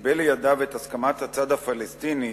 וקיבל לידיו את הסכמת הצד הפלסטיני